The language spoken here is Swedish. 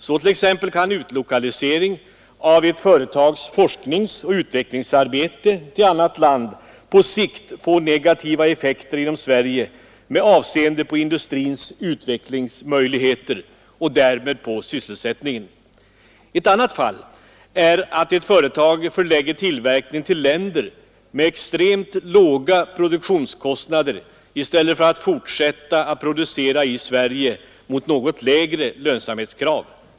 Så t.ex. kan utlokalisering av ett företags forskningsoch utvecklingsarbete till annat land på sikt få negativa effekter inom Sverige med avseende på industrins utvecklingsmöjligheter och därmed på sysselsättningen. Ett annat fall är att ett företag förlägger tillverkning till länder med extremt låga produktionskostnader i stället för att fortsätta att producera i Sverige med något lägre lönsamhetskrav.